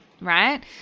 right